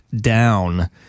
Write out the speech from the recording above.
down